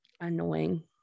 annoying